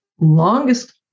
longest